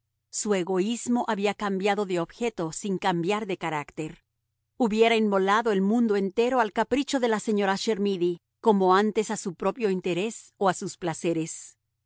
su egoísmo había cambiado de objeto sin cambiar de carácter hubiera inmolado el mundo entero al capricho de la señora chermidy como antes a su propio interés o a sus placeres